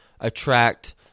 attract